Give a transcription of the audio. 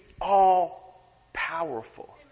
all-powerful